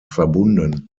verbunden